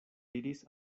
diris